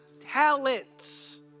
talents